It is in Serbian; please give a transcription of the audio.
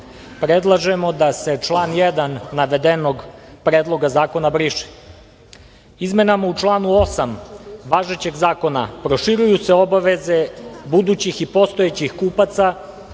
da se član 1. navedenog Predloga zakona briše. Izmenama u članu 8. važećeg zakona proširuju se obaveze budućih i postojećih kupaca,